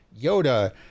yoda